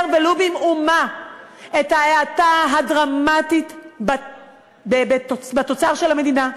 ולו במאומה את ההאטה הדרמטית בתוצר של המדינה,